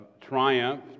triumph